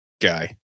Guy